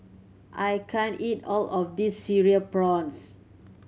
I can't eat all of this Cereal Prawns